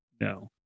No